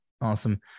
Awesome